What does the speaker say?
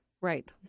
Right